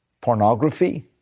pornography